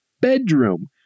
bedroom